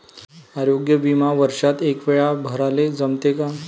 आरोग्य बिमा वर्षात एकवेळा भराले जमते का?